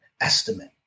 estimate